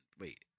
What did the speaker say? wait